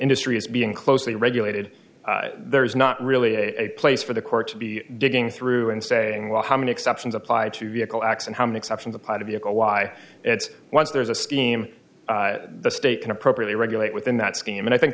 industry is being closely regulated there is not really a place for the court to be digging through and saying well how many exceptions apply to vehicle x and how many exceptions apply to vehicle why it's once there's a scheme the state can appropriately regulate within that scheme and i think